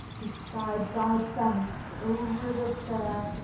beside thy banks, o river fair,